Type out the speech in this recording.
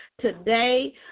today